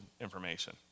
information